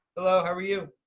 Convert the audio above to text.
hello how are you?